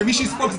מי שיסבול,